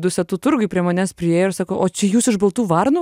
dusetų turguj prie manęs priėjo ir sako o čia jūs iš baltų varnų